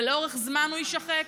ולאורך זמן הוא יישחק.